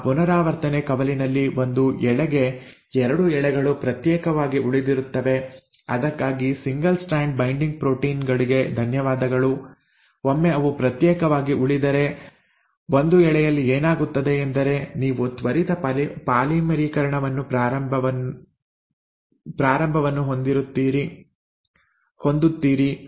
ಆ ಪುನರಾವರ್ತನೆ ಕವಲಿನಲ್ಲಿ ಒಂದು ಎಳೆಗೆ 2 ಎಳೆಗಳು ಪ್ರತ್ಯೇಕವಾಗಿ ಉಳಿದಿರುತ್ತವೆ ಅದಕ್ಕಾಗಿ ಸಿಂಗಲ್ ಸ್ಟ್ರಾಂಡ್ ಬೈಂಡಿಂಗ್ ಪ್ರೋಟೀನ್ ಗಳಿಗೆ ಧನ್ಯವಾದಗಳು ಒಮ್ಮೆ ಅವು ಪ್ರತ್ಯೇಕವಾಗಿ ಉಳಿದರೆ ಒಂದು ಎಳೆಯಲ್ಲಿ ಏನಾಗುತ್ತದೆ ಎಂದರೆ ನೀವು ತ್ವರಿತ ಪಾಲಿಮರೀಕರಣವನ್ನು ಪ್ರಾರಂಭವನ್ನು ಹೊಂದುತ್ತೀರಿ